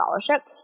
Scholarship